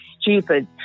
stupid